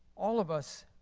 all of us,